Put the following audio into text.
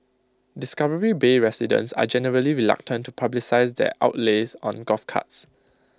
discovery bay residents are generally reluctant to publicise their outlays on golf carts